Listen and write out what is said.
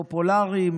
פופולריים,